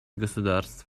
государств